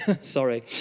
sorry